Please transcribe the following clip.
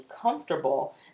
comfortable